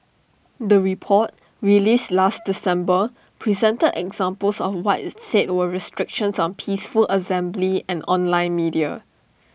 the report released last December presented examples of what IT said were restrictions on peaceful assembly and online media